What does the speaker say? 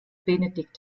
benedikt